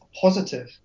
positive